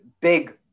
big